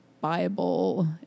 Bible